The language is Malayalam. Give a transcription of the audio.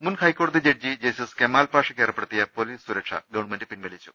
മുൻ ഹൈക്കോടതി ജഡ്ജി ജസ്റ്റിസ് കെമാൽ പാഷയ്ക്ക് ഏർപ്പെടു ത്തിയ പോലീസ് സുരക്ഷ ഗവൺമെന്റ് പിൻവലിച്ചു